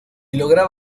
lograba